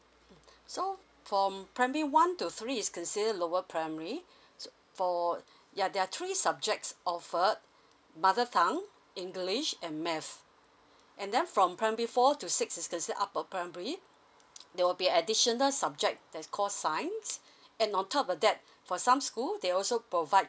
so for um primary one to three is consider lower primary so for ya there are three subjects offered mother tongue english and math and then from primary four to six is consider upper primary there will be additional subject that's call science and on top of that for some school they also provide